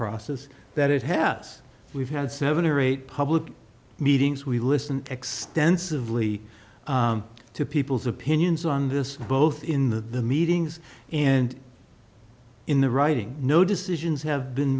process that it has we've had seven or eight public meetings we listened extensively to people's opinions on this both in the meetings and in the writing no decisions have been